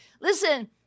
Listen